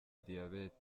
diyabete